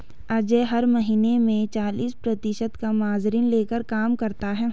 अजय हर महीने में चालीस प्रतिशत का मार्जिन लेकर काम करता है